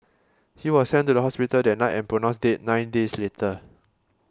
he was sent to the hospital that night and pronounced dead nine days later